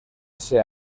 ese